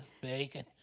bacon